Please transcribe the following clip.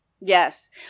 Yes